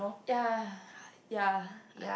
ya ya